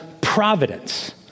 providence